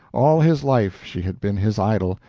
all his life she had been his idol,